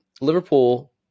Liverpool